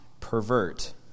pervert